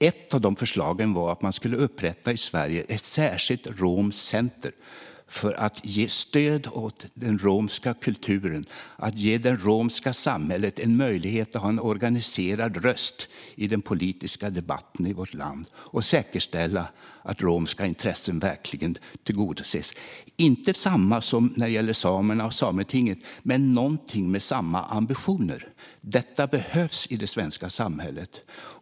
Ett av förslagen var att man skulle upprätta ett särskilt romskt center i Sverige. Det skulle ge stöd åt den romska kulturen, ge det romska samhället en möjlighet till en organiserad röst i den politiska debatten i vårt land och säkerställa att romska intressen verkligen tillgodoses. Det skulle inte vara detsamma som gäller samerna och Sametinget, men någonting med samma ambitioner. Detta behövs i det svenska samhället.